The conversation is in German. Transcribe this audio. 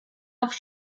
auf